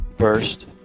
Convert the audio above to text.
First